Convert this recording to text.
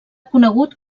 conegut